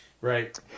Right